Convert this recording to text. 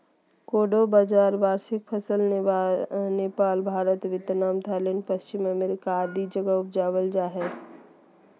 कोडो बाजरा वार्षिक फसल नेपाल, भारत, वियतनाम, थाईलैंड, पश्चिम अफ्रीका आदि जगह उपजाल जा हइ